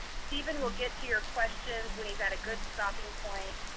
stephen will get to your questions when he's at a good stopping point.